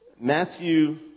Matthew